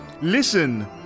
Listen